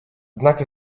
однако